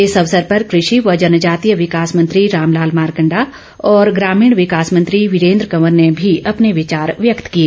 इस अवसर पर कृषि व जनजातीय विकास मंत्री रामलाल मारकंडा और ग्रामीण विकास मंत्री वीरेन्द्र कंवर ने भी अपने विचार व्यक्त किए